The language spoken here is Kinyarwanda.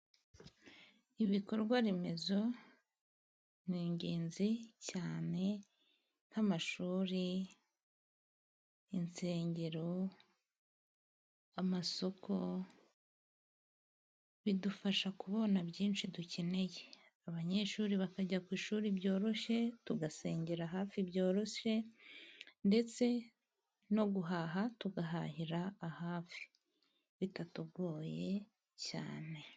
Ibikorwaremezo ni ingenzi cyane nk'amashuri, insengero, amasoko. Bidufasha kubona byinshi dukeneye, abanyeshuri bakajya ku ishuri byoroshye, tugasengera hafi byoroshye, ndetse no guhaha tugahahira ahafi bitatugoye cyane.